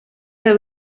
que